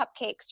cupcakes